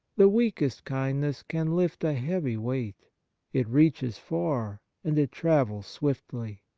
the weakest kindness can lift a heavy weight it reaches far, and it travels swiftly.